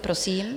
Prosím.